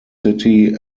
city